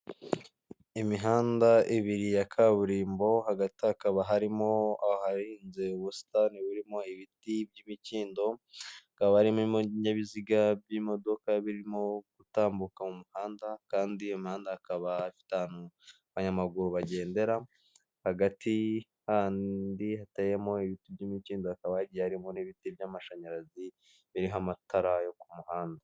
Imihanda ibiri ya kaburimbo hagati hakaba harimo aharinze ubusitani burimo ibiti by'imikindo hakaba harimo ibinyabiziga by'imodoka birimo gutambuka mu muhanda kandi mu muhanda hakaba abanyamaguru bagendera hagati ahandi hateyemo ibiti by'imikindo hakaba hagiye harimo n'ibiti by'amashanyarazi biriho amatara yo ku muhanda.